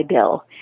Bill